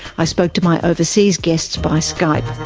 i spoke to my overseas guests by skype.